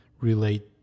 relate